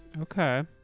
Okay